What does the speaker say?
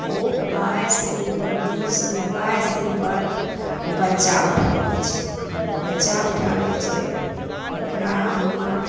ओ बाइस दिनपर बीस बाइस दिनपर ओ बच्चा उठाबै छै बच्चा उठाबै छै ओकरा हम आओर